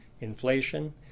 inflation